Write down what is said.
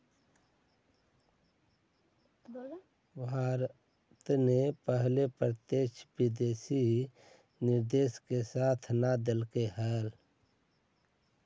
भारत ने पहले प्रत्यक्ष विदेशी निवेश का साथ न देलकइ हल